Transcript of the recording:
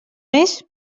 més